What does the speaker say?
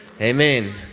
Amen